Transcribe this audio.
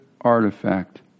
artifact